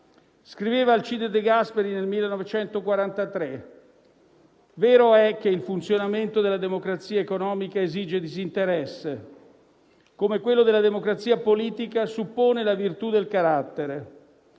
Scriveva Alcide De Gasperi nel 1943: «vero è che il funzionamento della democrazia economica esige disinteresse, come quello della democrazia politica suppone la virtù del carattere.